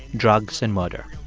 drugs and murder.